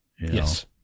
Yes